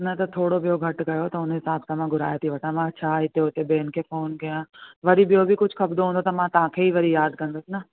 न त थोरो ॿियो घटि कयो त हुन जे हिसाबु सां मां घुराए थी वठां छा हिते हुते ॿियनि खे फोन कया वरी ॿियो बि कुझु खपंदो हूंदो त मां तव्हांखे ई वरी यादि कंदसि न